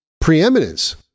preeminence